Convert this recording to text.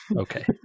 Okay